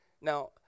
Now